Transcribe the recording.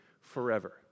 forever